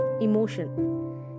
emotion